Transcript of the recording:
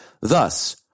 Thus